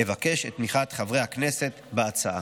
אבקש את תמיכת חברי הכנסת בהצעה.